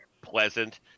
pleasant